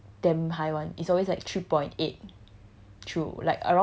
her G_P_A is damn high [one] is always like three point eight